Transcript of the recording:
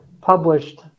published